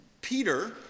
Peter